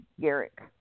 Garrick